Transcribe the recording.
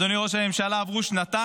אדוני ראש הממשלה, עברו שנתיים.